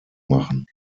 machen